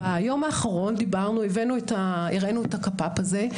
ביום האחרון דיברנו, הבאנו, הראינו את הקפא"פ הזה.